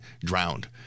drowned